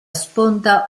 sponda